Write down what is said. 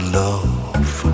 love